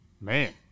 Man